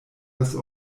das